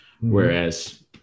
whereas